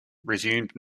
resumed